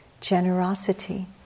generosity